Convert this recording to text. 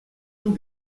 tout